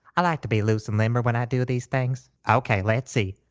i like to be loose and limber when i do these things. okay, let's see.